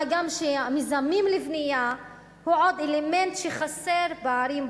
מה גם שהמיזמים לבנייה זה עוד אלמנט שחסר בערים,